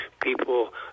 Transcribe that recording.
people